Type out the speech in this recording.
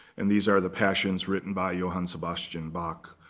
and these are the passions written by johann sebastian bach.